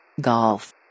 Golf